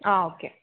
okay